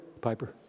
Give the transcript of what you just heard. Piper